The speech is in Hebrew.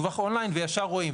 ויש רואים.